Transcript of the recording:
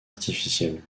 artificielle